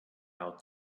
out